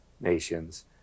nations